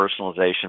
personalization